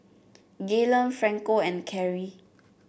Gaylon Franco and Carrie